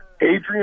Adrian